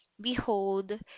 Behold